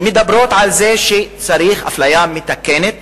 מדברות על זה שצריך אפליה מתקנת,